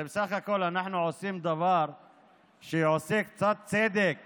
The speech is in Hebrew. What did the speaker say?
הרי בסך הכול אנחנו עושים דבר שעושה קצת צדק